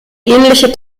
ähnliche